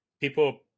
people